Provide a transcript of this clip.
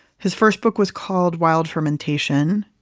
his first book was called wild fermentation.